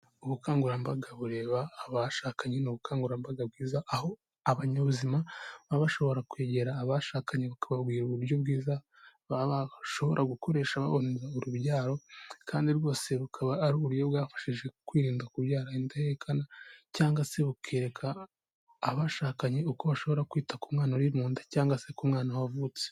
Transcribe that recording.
Ubukangurambaga bureba abashakanye ni ubukangurambaga bwiza, aho abanyabuzima baba bashobora kwegera abashakanye bakababwira uburyo bwiza baba bashobora gukoresha baboneza urubyaro, kandi rwose rukaba ari uburyo bwafashije kwirinda kubyara indahekana, cyangwa se bukereka abashakanye uko bashobora kwita ku mwana uri mu nda cyangwa se ku mwana wavutse.